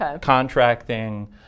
contracting